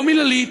לא מילולית,